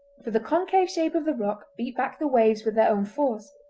for the concave shape of the rock beat back the waves with their own force,